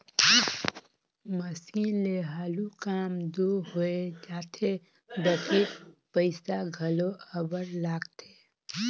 machine ले हालु काम दो होए जाथे बकि पइसा घलो अब्बड़ लागथे